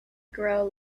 grow